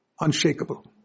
Unshakable